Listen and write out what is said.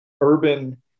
Urban